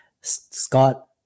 Scott